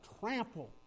trample